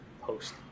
post